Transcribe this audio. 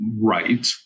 right